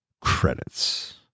credits